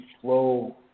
flow